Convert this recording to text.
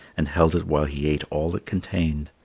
and held it while he ate all it contained.